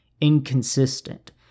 inconsistent